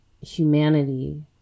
humanity